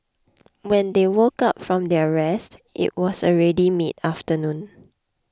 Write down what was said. when they woke up from their rest it was already midafternoon